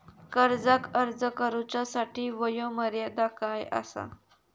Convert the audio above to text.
कर्जाक अर्ज करुच्यासाठी वयोमर्यादा काय आसा?